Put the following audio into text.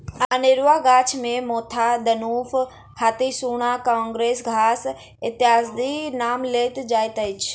अनेरूआ गाछ मे मोथा, दनुफ, हाथीसुढ़ा, काँग्रेस घास इत्यादिक नाम लेल जाइत अछि